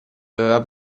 aveva